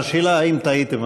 אז השאלה: האם טעיתם?